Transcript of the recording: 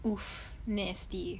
!oof! nasty